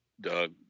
Doug